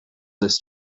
this